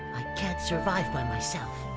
i can't survive by myself.